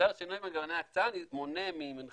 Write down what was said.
שינוי במנגנוני הקצאה, ברשותכם,